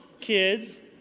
kids